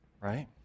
right